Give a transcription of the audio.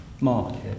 market